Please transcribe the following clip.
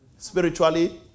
Spiritually